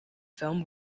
film